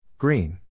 Green